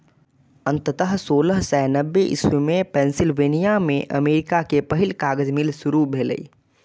अंततः सोलह सय नब्बे इस्वी मे पेंसिलवेनिया मे अमेरिका के पहिल कागज मिल शुरू भेलै